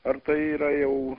ar tai yra jau